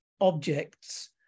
objects